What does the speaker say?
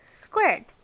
squared